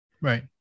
Right